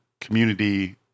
community